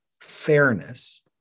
fairness